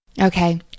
Okay